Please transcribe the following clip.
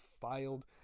filed